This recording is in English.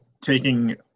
taking